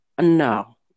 No